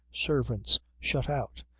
servants shut out,